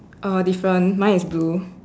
uh different mine is blue